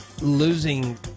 losing